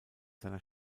seiner